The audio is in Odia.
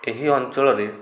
ଏହି ଅଞ୍ଚଳରେ